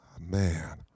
Man